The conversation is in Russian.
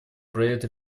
проект